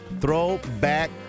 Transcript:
Throwback